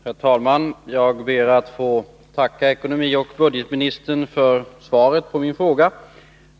Herr talman! Jag ber att få tacka ekonomioch budgetministern för svaret på min fråga.